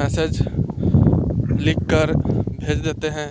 message लिखकर भेज देते हैं